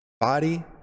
body